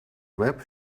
web